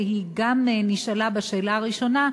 והיא גם נשאלה בשאלה הראשונה,